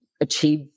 achieve